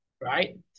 right